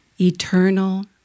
Eternal